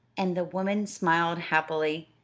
and the woman smiled happily.